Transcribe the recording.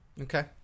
Okay